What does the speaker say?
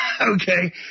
Okay